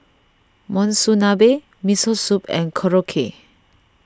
Monsunabe Miso Soup and Korokke